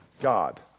God